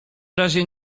razie